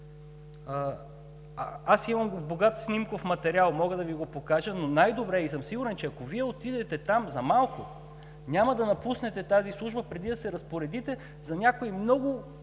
Аз имам богат снимков материал, мога да Ви го покажа, но е най-добре и съм сигурен, че ако Вие отидете там за малко, няма да напуснете тази служба преди да се разпоредите за някои много